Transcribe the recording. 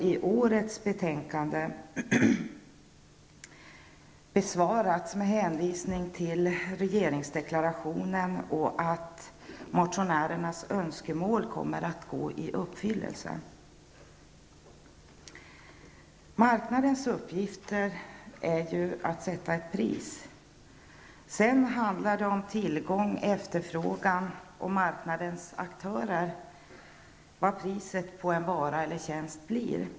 I årets betänkande har dessa motioner besvarats med en hänvisning till regeringsdeklarationen, och motionärernas önskemål kommer att gå i uppfyllelse. Marknadens uppgift är att sätta ett pris. Sedan handlar det om tillgång, efterfrågan och marknadens aktörer när det gäller vad priset på en vara eller tjänst blir.